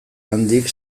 handik